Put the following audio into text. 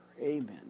amen